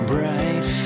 Bright